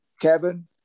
kevin